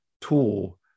tool